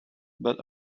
but